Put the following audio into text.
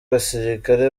abasirikare